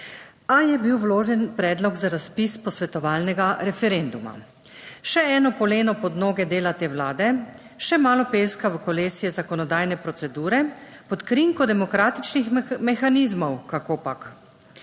a je bil vložen predlog za razpis posvetovalnega referenduma. Še eno poleno pod noge dela te vlade, še malo peska v kolesje zakonodajne procedure pod krinko demokratičnih mehanizmov, kakopak.